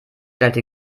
eine